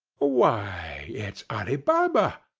why, it's ali baba!